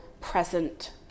present